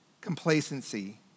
complacency